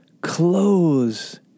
clothes